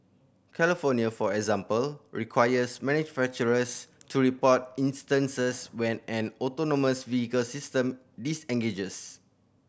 California for example requires manufacturers to report instances when an autonomous vehicle system disengages